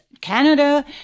Canada